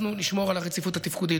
אנחנו נשמור על הרציפות התפקודית.